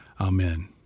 Amen